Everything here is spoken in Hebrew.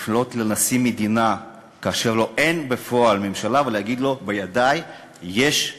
לפנות לנשיא המדינה כאשר אין בפועל ממשלה ולהגיד לו: יש בידי ממשלה.